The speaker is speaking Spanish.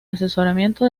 asesoramiento